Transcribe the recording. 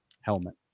helmet